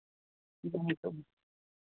हाँ तो